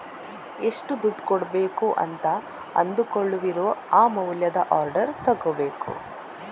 ಎಷ್ಟು ದುಡ್ಡು ಕೊಡ್ಬೇಕು ಅಂತ ಅಂದುಕೊಳ್ಳುವಿರೋ ಆ ಮೌಲ್ಯದ ಆರ್ಡರ್ ತಗೋಬೇಕು